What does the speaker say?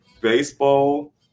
Baseball